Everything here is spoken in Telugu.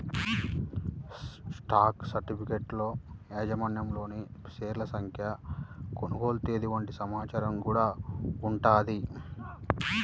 స్టాక్ సర్టిఫికెట్లలో యాజమాన్యంలోని షేర్ల సంఖ్య, కొనుగోలు తేదీ వంటి సమాచారం గూడా ఉంటది